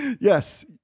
Yes